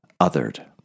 othered